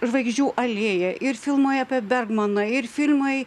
žvaigždžių alėja ir filmai apie bergmaną ir filmai